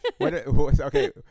okay